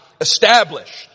established